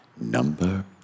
Number